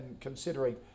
considering